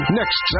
next